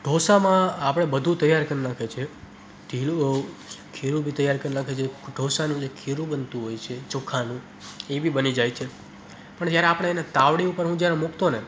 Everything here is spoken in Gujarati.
ઢોસામાં આપણે બધું તૈયાર કરી નાખીએ છે ઢીલું ખીરું બી તૈયાર કરી નાખીએ છીએ ઢોસાનું જે ખીરું બનતું હોય છે ચોખાનું એ બી બની જાય છે પણ જયારે આપણે એને તાવડી ઉપર હું જયારે મૂકતો ને